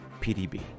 pdb